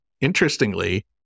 interestingly